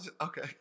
Okay